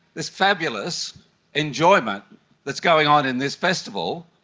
this fabulous enjoyment that is going on in this festival,